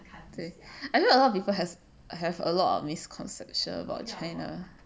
I know a lot of people has~ have a lot of misconception about china